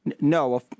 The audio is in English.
No